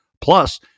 plus